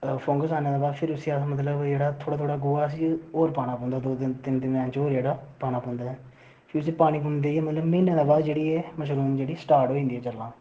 fungus आने दे बाद फ्ही मतलब अस उसी थोह्ड़ा थोह्ड़ा गोहा होर पाना पौंदा दौं दिन च जेह्ड़ा ओह् पाना पौंदा ऐ फ्ही उसी पानी देइयै म्हीनै दे बाद जेह्ड़ी ऐ मशरूम जेह्ड़ी स्टार्ट होई जंदी ऐ चलना